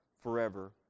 forever